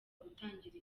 gutangira